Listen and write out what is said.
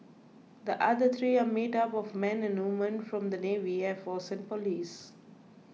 the other three are made up of men and women from the navy air force and police